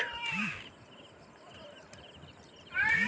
recurring deposit क term पूरा होये पे जमा राशि क फिक्स्ड डिपाजिट करल जाला